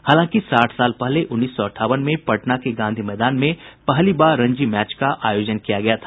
हालांकि साठ साल पहले उन्नीस सौ अठावन में पटना के गांधी मैदान में पहली बार रणजी मैच का आयोजन किया गया था